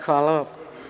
Hvala vam.